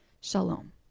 shalom